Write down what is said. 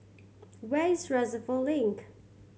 where is Reservoir Link